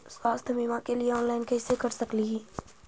स्वास्थ्य बीमा के लिए ऑनलाइन कैसे कर सकली ही?